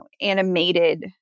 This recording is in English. animated